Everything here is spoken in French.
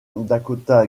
dakota